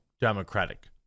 Democratic